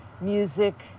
music